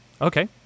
Okay